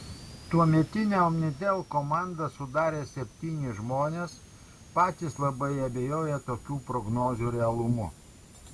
tuometinę omnitel komandą sudarė septyni žmonės patys labai abejoję tokių prognozių realumu